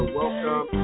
welcome